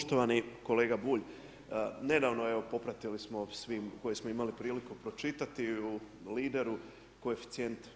Poštovani kolega Bulj, nedavno evo popratili smo svi koji smo imali priliku pročitati u Lideru koeficijent.